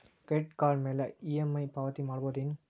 Credit card ಮ್ಯಾಲೆ EMI ಪಾವತಿ ಮಾಡ್ಬಹುದೇನು?